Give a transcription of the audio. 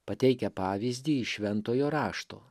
pateikia pavyzdį iš šventojo rašto